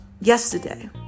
yesterday